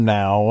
now